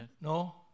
No